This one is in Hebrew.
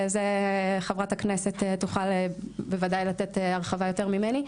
על זה חברת הכנסת תוכל לתת תשובה יותר רחבה ממני.